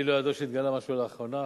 לי לא ידוע שהתגלה משהו לאחרונה,